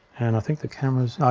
and i think the camera's,